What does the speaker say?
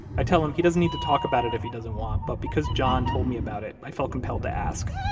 i tell him he doesn't need to talk about it if he doesn't want, but because john told me about it, i felt compelled to ask.